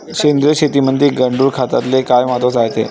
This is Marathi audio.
सेंद्रिय शेतीमंदी गांडूळखताले काय महत्त्व रायते?